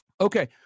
Okay